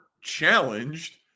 challenged